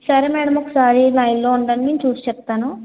సరే మేడం ఒకసారి లైన్లో ఉండండి నేను చూసి చెప్తాను